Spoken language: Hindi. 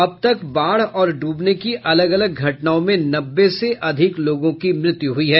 अब तक बाढ़ और ड्रबने की अलग अलग घटनाओं में नब्बे से अधिक लोगों की मृत्यु हुई है